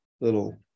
little